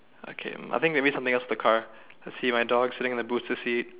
okay I think maybe something else in the car I see my dog sitting on the booster seat